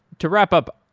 to wrap up,